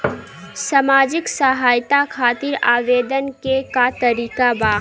सामाजिक सहायता खातिर आवेदन के का तरीका बा?